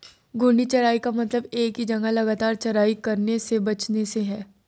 घूर्णी चराई का मतलब एक ही जगह लगातार चराई करने से बचने से है